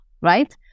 right